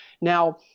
Now